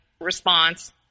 response